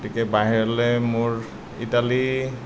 গতিকে বাহিৰলৈ মোৰ ইটালী